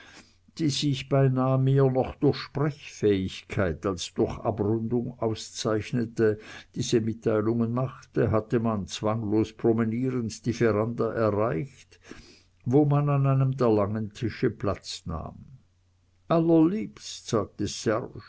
die sich beinah mehr noch durch sprechfähigkeit als durch abrundung auszeichnete diese mitteilungen machte hatte man zwanglos promenierend die veranda erreicht wo man an einem der langen tische platz nahm